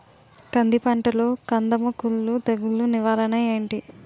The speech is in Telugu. కంది పంటలో కందము కుల్లు తెగులు నివారణ ఏంటి?